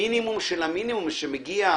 המינימום של המינימום, שמגיע